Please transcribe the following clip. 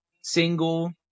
single